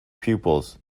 pupils